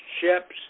ships